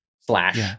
slash